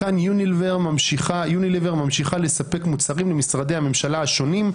כאן יוניליוור ממשיכה לספק מוצרים למשרדי הממשלה השונים,